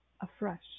afresh